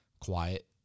quiet